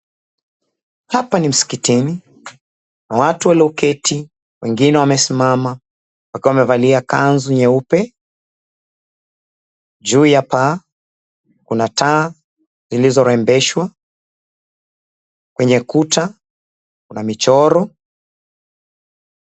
Hapa ni msikitini. Kuna watu walioketi, wengine wamesimama wakiwa wamevalia kanzu nyeupe. Juu ya paa kuna taa zilizorembeshwa, kwenye kuta kuna michoro.